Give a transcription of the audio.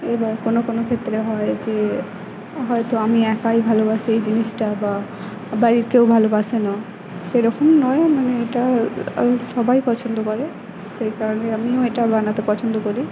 এবার কোনো কোনো ক্ষেত্রে হয় যে হয়তো আমি একাই ভালোবাসি এই জিনিসটা বা বাড়ির কেউ ভালোবাসে না সেরকম নয় মানে এটা সবাই পছন্দ করে সেই কারণে আমিও এটা বানাতে পছন্দ করি